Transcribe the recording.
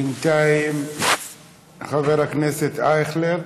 בינתיים, חבר הכנסת אייכלר,